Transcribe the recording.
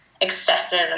excessive